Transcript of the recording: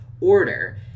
order